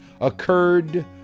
occurred